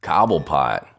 Cobblepot